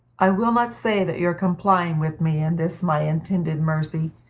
i will not say that your complying with me in this my intended mercy,